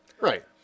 Right